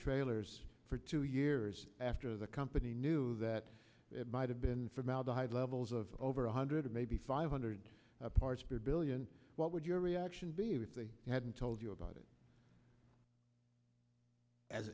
trailers for two years after the company knew that it might have been formaldehyde levels of over one hundred maybe five hundred parts per billion what would your reaction be if they hadn't told you about it as